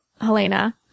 Helena